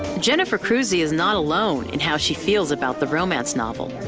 jennifer crusie is not alone in how she feels about the romance novel.